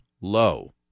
low